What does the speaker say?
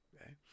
Okay